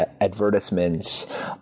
advertisements